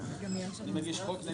באיכות הסביבה,